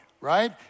right